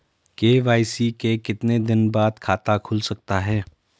KYC के कितने दिन बाद खाता खुल सकता है?